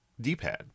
D-pad